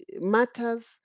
Matters